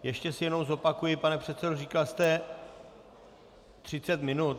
Ještě si jenom zopakuji, pane předsedo, říkal jste 30 minut?